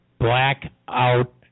blackout